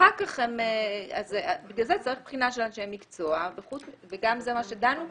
בגלל זה צריך בחינה של אנשי מקצוע וגם זה מה שדנו כבר,